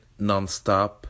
nonstop